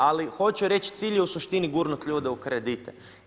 Ali hoću reći cilj je u suštini gurnut ljude u kredite.